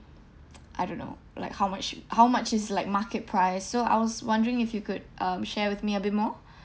I don't know like how much how much is like market price so I was wondering if you could um share with me a bit more